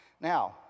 Now